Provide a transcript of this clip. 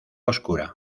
oscura